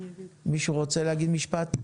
מישהו רוצה להגיד משפט?